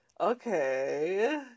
Okay